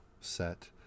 set